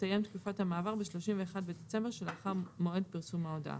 תסתיים תקופת המעבר ב-31 בדצמבר שלאחר מועד פרסום ההודעה.